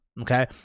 Okay